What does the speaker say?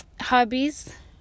hobbies